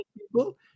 people